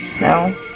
No